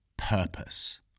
Purpose